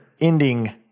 ending